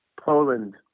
Poland